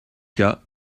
cas